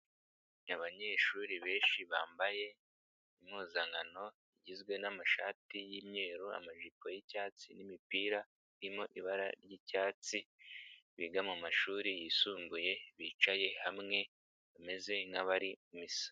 Abanyeshuri benshi bambaye impuzankano igizwe n'amashati y'imweru amajipo y'icyatsi n'imipira irimo ibara ry'icyatsi biga mumashuri yisumbuye bicaye hamwe bameze nk'abari mu misa.